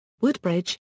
Woodbridge